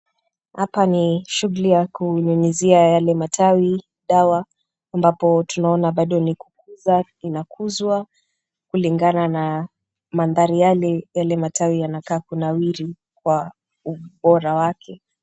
Hapa ni shughuli ya kunyunyizia matawi dawa ambapo tunaona bado ni kukuzwa inakuzwa kulingana na mandhari yale, yale matawi yanakaa kunawiri kulingana na ubora wake.